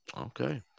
Okay